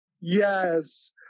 Yes